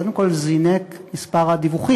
קודם כול, זינק מספר הדיווחים.